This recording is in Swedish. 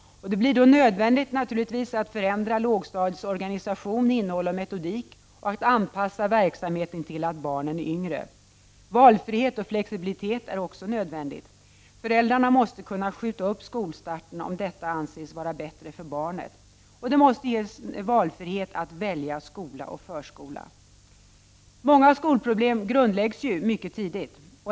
Det blir då nödvändigt att förändra lågstadiets organisation, innehåll och metodik och att anpassa verksamheten till att barnen är yngre. Valfrihet och flexibilitet är också nödvändigt. Föräldrarna måste kunna skjuta upp skolstarten om detta anses bättre för barnet. Det måste ges valfrihet att välja skola och förskola. Många skolproblem grundläggs mycket tidigt.